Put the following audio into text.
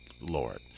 Lord